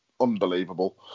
unbelievable